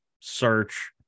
search